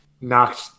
knocked